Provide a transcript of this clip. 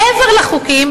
מעבר לחוקים,